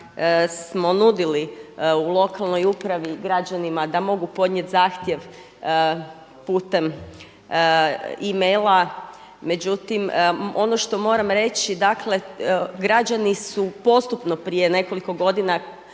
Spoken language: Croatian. smo nudili u lokalnoj upravi građanima da mogu podnijet zahtjev putem e-maila. Međutim, ono što moram reći, dakle građani su postupno prije nekoliko godina